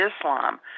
Islam